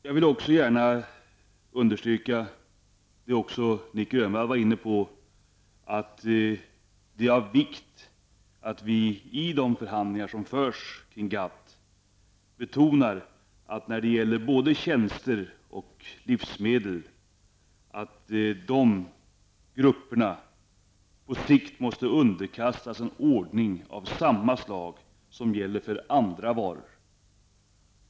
Jag vill gärna understryka det som även Nic Grönvall var inne på, nämligen att genom de förhandlingar som förs i GATT både tjänster och livsmedel på sikt måste underkastas en ordning av samma slag som gäller för andra varor.